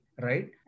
right